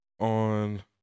on